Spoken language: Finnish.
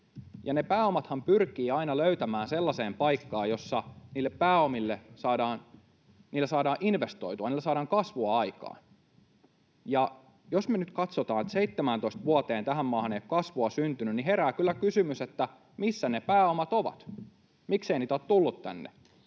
ne pääomathan pyrkivät aina löytämään sellaiseen paikkaan, jossa niillä pääomilla saadaan investoitua, niillä saadaan kasvua aikaan. Jos me nyt katsotaan, että 17 vuoteen tähän maahan ei ole kasvua syntynyt, niin herää kyllä kysymys, missä ne pääomat ovat. Miksei niitä ole tullut tänne?